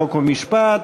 חוק ומשפט,